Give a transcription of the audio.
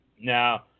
Now